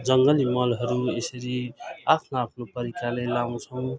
जङ्गली मलहरू यसरी आफ्नो आफ्नो तरिकाले लाउँछौँ